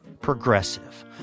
Progressive